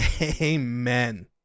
Amen